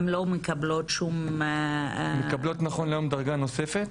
הן לא מקבלות שום --- הן מקבלות נכון להיום דרגה נוספת,